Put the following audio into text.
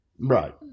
Right